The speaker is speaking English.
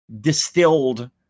distilled